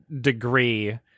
degree